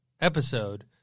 episode